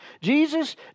Jesus